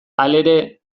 halere